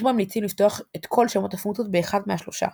יש שממליצים לפתוח את כל שמות הפונקציות באחד מהשלושה